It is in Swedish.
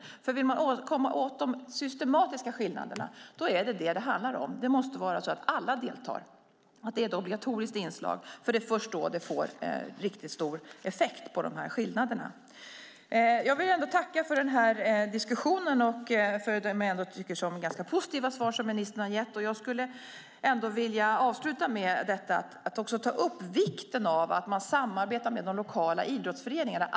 Om man vill komma åt de systematiska skillnaderna är det detta det handlar om. Det måste vara så att alla deltar och att det är ett obligatoriskt inslag. Det är först då det får riktigt stor effekt på skillnaderna. Jag vill tacka för diskussionen och för de, som jag tycker, ganska positiva svar som ministern har gett. Jag skulle vilja avsluta med att ta upp vikten av att man samarbetar med de lokala idrottsföreningarna.